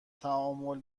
تعامل